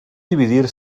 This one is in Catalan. dividir